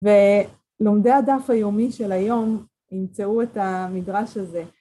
ולומדי הדף היומי של היום ימצאו את המדרש הזה.